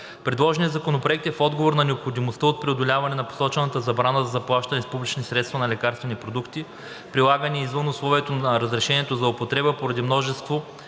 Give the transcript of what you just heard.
Предложеният законопроект е в отговор на необходимостта от преодоляване на посочената забрана за заплащане с публични средства на лекарствени продукти, прилагани извън условието на разрешението за употреба, поради множество